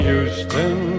Houston